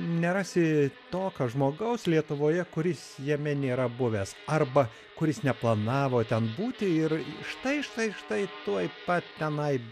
nerasi tokio žmogaus lietuvoje kuris jame nėra buvęs arba kuris neplanavo ten būti ir štai štai štai tuoj pat tenai